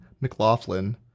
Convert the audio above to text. McLaughlin